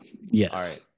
yes